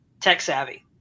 tech-savvy